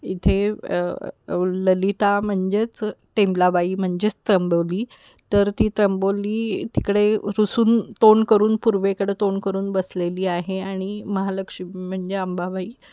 इथे ललिता म्हणजेच टेंबलाबाई म्हणजेच त्र्यंबोली तर ती त्र्यंबोली तिकडे रुसून तोंड करून पूर्वेकडं तोंड करून बसलेली आहे आणि महालक्ष्मी म्हणजे अंबाबाई